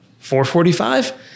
445